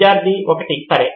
విద్యార్థి 1 సరే